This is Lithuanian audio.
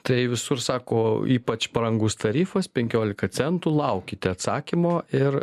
tai visur sako ypač brangus tarifas penkiolika centų laukite atsakymo ir